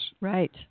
Right